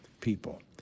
people